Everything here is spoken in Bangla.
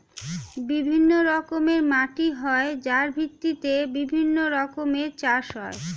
বিভিন্ন রকমের মাটি হয় যার ভিত্তিতে বিভিন্ন রকমের চাষ হয়